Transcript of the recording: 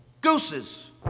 gooses